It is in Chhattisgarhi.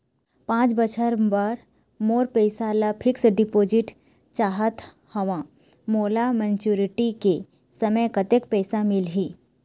पांच बछर बर मोर पैसा ला फिक्स डिपोजिट चाहत हंव, मोला मैच्योरिटी के समय कतेक पैसा मिल ही?